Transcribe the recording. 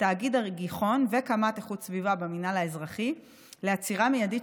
תאגיד הגיחון וקמ"ט איכות הסביבה במינהל האזרחי לעצירה מיידית